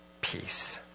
peace